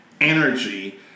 energy